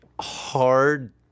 hard